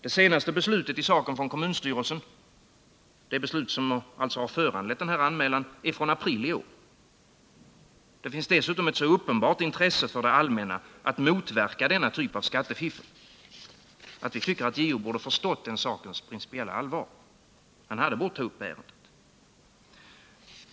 Kommunstyrelsens senaste beslut i saken — det beslut som alltså har föranlett anmälan — är från april i år. Det finns dessutom ett så uppenbart intresse för det allmänna att motverka denna typ av skattefiffel att vi tycker att JO bort förstå den sakens principiella allvar. Han hade bort ta upp ärendet.